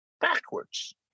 backwards